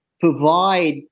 provide